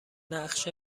نقش